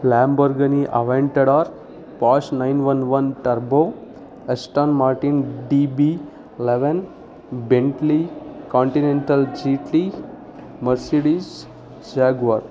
Lamborghini Aventador Porsche nine one one turbo Aston Martin D B eleven Bentley Continental GT Mercedes Jaguar